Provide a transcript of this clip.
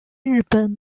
日本